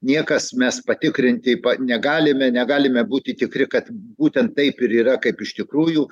niekas mes patikrinti negalime negalime būti tikri kad būtent taip ir yra kaip iš tikrųjų